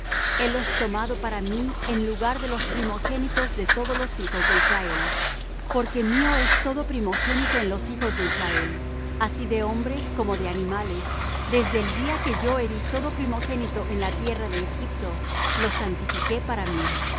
helos tomado para mí en lugar de los primogénitos de todos los hijos de israel porque mío es todo primogénito en los hijos de israel así de hombres como de animales desde el día que yo herí todo primogénito en la tierra de egipto los santifiqué para mí